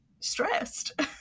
stressed